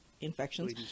infections